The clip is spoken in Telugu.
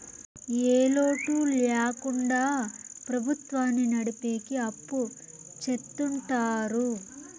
ఏ లోటు ల్యాకుండా ప్రభుత్వాన్ని నడిపెకి అప్పు చెత్తుంటారు